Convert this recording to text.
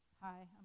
Hi